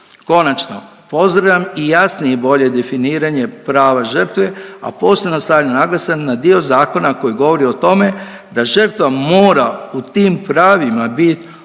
Konačno, pozdravljam i jasnije i bolje definiranje prava žrtve, a posebno stavljam naglasak na dio zakona koji govori o tome da žrtva mora u tim pravima bit